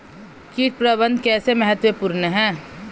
कीट प्रबंधन कैसे महत्वपूर्ण है?